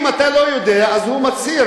אם אתה לא יודע, אז הוא מצהיר.